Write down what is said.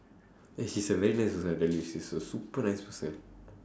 eh she's a very nice person really she's a super nice person